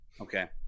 Okay